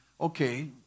okay